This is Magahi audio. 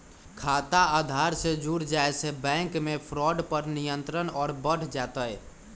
खाता आधार से जुड़ जाये से बैंक मे फ्रॉड पर नियंत्रण और बढ़ जय तय